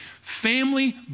Family